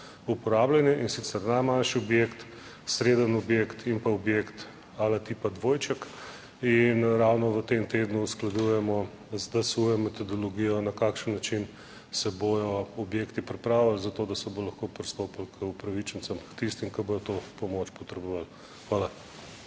uporabljeni, in sicer najmanjši objekt, srednji objekt in pa objekt ali tipa dvojček. In ravno v tem tednu usklajujemo z DSU metodologijo, na kakšen način se bodo objekti pripravili za to, da se bo lahko pristopilo k upravičencem, k tistim, ki bodo to pomoč potrebovali. Hvala.